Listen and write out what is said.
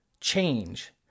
change